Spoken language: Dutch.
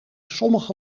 sommige